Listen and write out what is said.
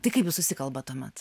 tai kaip jūs susikalbat tuomet